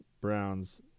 Browns